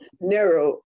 narrow